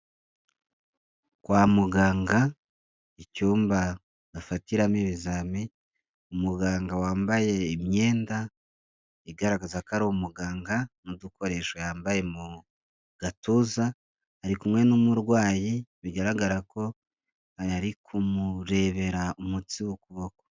Kwa muganga, icyumba bafatiramo ibizami, umuganga wambaye imyenda igaragaza ko ari umuganga, n'udukoresho yambaye mu gatuza, ari kumwe n'umurwayi bigaragara ko ari kumurebera umutsi w'ukuboko.